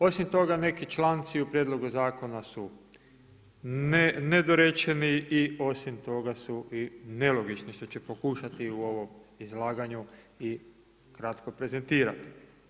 Osim toga, neki članci u Prijedlogu zakona su nedorečeni i osim toga su nelogični što ću pokušati u ovom izlaganju i kratko prezentirati.